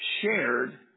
shared